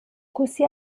così